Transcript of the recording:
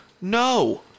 No